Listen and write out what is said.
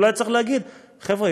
אולי צריך להגיד: חבר'ה,